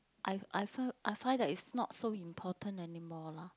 I I find I find that it's not so important anymore lah